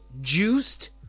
juiced